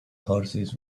horses